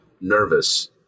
nervous